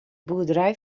boerderij